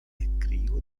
ekkrio